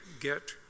get